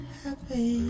happy